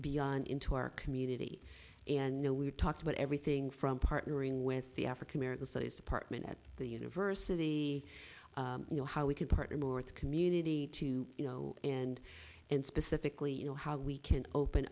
beyond into our community and know we've talked about everything from partnering with the african american studies department at the university you know how we can partner more of the community to you know and and specifically you know how we can open